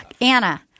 Anna